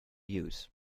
use